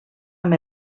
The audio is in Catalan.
amb